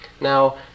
Now